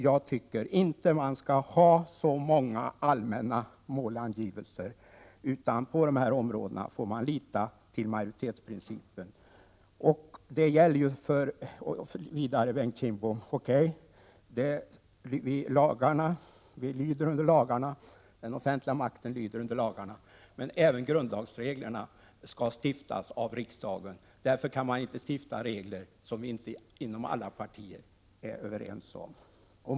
Jag tycker inte att man skall ha så många allmänna målangivelser, utan på dessa områden får man lita till majoritetsprincipen. Den offentliga makten lyder under lagarna, Bengt Kindbom, men även grundlagsreglerna skall bestämmas av riksdagen. Man kan inte införa regler utan att det råder en bred värdegemenskap.